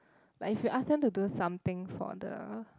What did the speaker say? like if you ask them to do something for the